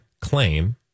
claim